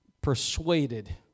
persuaded